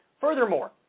Furthermore